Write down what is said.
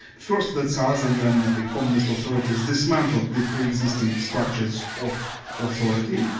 first the tsars and then the communist authorities dismantled the pre-existing structures of authority,